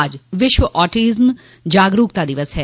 आज विश्व ऑटिज्म जागरूकता दिवस है